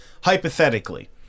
Hypothetically